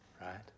Right